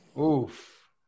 Oof